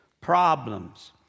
problems